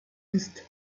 ist